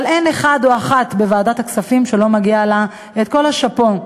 אבל אין אחד או אחת בוועדת הכספים שלא מגיע להם כל השאפו.